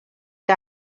que